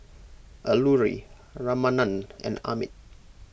Alluri Ramanand and Amit